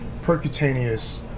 percutaneous